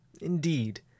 Indeed